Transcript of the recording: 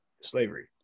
slavery